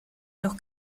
los